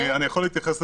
אני יכול להתייחס,